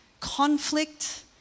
conflict